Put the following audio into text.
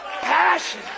Passion